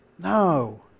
No